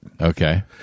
okay